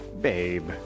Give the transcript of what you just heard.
Babe